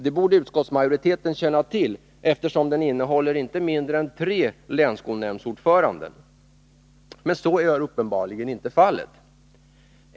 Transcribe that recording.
Det borde utskottsmajoriteten känna till, eftersom den innehåller inte mindre än tre länsskolnämndsordförande. Men så är uppenbarligen inte fallet.